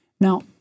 Now